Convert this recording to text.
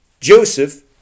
Joseph